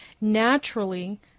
naturally